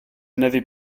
n’avais